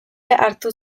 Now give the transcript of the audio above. hartu